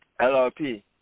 LRP